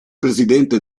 presidente